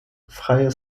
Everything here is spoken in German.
freie